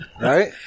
right